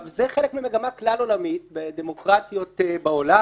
זה חלק ממגמה כלל עולמית בדמוקרטיות בעולם